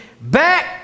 back